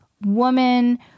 woman